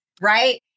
right